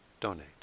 donate